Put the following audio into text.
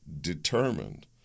Determined